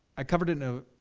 i covered a note,